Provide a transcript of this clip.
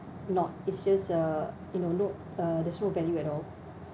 not it's just uh you know no uh there's no value at all